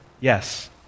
yes